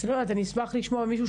אני אשמח לשמוע ממישהו,